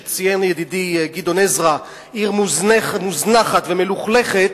שכפי שציין ידידי גדעון עזרא היא עיר מוזנחת ומלוכלכת,